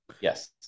Yes